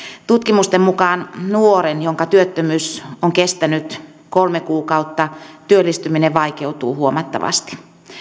tutkimusten mukaan nuoren jonka työttömyys on kestänyt kolme kuukautta työllistyminen vaikeutuu huomattavasti